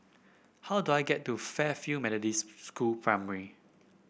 how do I get to Fairfield Methodist School Primary